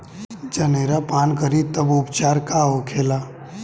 जनेरा पान करी तब उपचार का होखेला?